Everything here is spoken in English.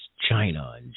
China